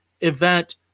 event